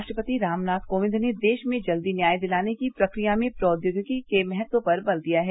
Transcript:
राष्ट्रपति रामनाथ कोविंद ने देश में जल्दी न्याय दिलाने की प्रक्रिया में प्रौद्योगिकी के महत्व पर बल दिया है